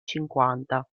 cinquanta